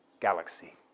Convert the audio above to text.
galaxy